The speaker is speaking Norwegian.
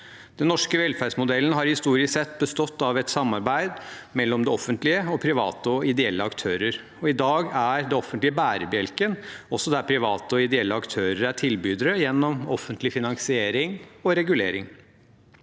Den norske velferdsmodellen har historisk sett bestått av et samarbeid mellom det offentlige og private og ideelle aktører. I dag er det offentlige bærebjelken, også der private og ideelle aktører er tilbydere, gjennom offentlig finansiering og regulering.